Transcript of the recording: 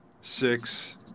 six